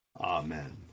amen